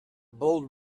bold